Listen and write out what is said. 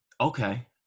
Okay